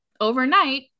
overnight